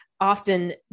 often